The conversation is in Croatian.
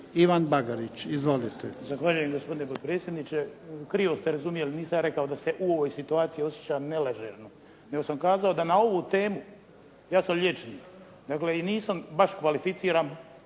**Bagarić, Ivan (HDZ)** Zahvaljujem gospodine potpredsjedniče. Krivo ste razumjeli. Nisam ja rekao da se u ovoj situaciji osjećam neležerno, nego sam kazao da na ovu temu, ja sam liječnik dakle i nisam baš kvalificiran